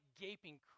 gaping